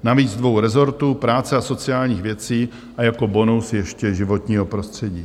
Navíc dvou rezortů, práce a sociálních věcí a jako bonus ještě životního prostředí.